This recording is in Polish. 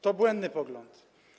To błędny pogląd.